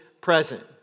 present